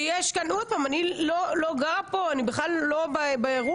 שוב, אני לא גרה כאן, אני בכלל לא באירוע.